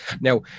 Now